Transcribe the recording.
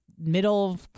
middle